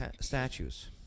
statues